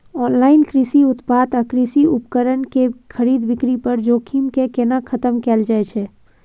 Online कृषि उत्पाद आ कृषि उपकरण के खरीद बिक्री पर जोखिम के केना खतम कैल जाए छै?